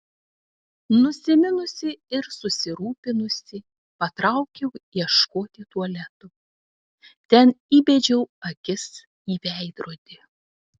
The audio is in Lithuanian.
nusiminusi ir susirūpinusi patraukiau ieškoti tualeto ten įbedžiau akis į veidrodį